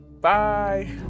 bye